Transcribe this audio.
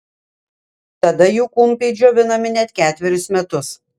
tada jų kumpiai džiovinami net ketverius metus